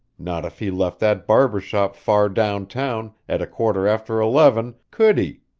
not if he left that barber shop far downtown at a quarter after eleven, could he?